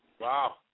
Wow